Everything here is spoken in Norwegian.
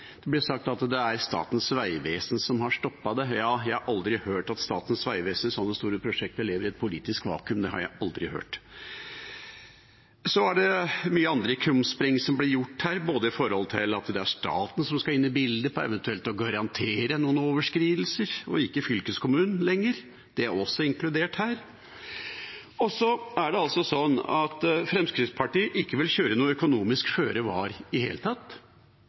Det ble sagt at det var Statens vegvesen som stoppet det. Jeg har aldri hørt at Statens vegvesen, når det dreier seg om slike store prosjekter, lever i et politisk vakuum – det har jeg aldri hørt. Det blir gjort mange andre krumspring her, bl.a. at staten skal inn i bildet for eventuelt å garantere for overskridelser, og ikke fylkeskommunen lenger. Det er også inkludert her. Fremskrittspartiet vil ikke kjøre en økonomisk føre-var-holdning i det hele tatt – de vil bare kjøre